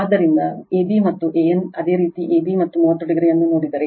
ಆದ್ದರಿಂದ ab ಮತ್ತು an ಅದೇ ರೀತಿ ab ಮತ್ತು 30 o ಅನ್ನು ನೋಡಿದರೆ